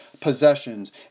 possessions